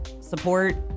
support